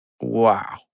Wow